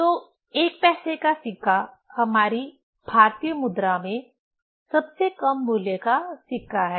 तो 1 पैसे का सिक्का हमारी भारतीय मुद्रा में सबसे कम मूल्य का सिक्का है